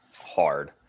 hard